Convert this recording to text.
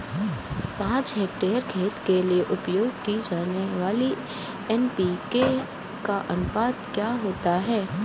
पाँच हेक्टेयर खेत के लिए उपयोग की जाने वाली एन.पी.के का अनुपात क्या होता है?